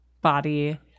body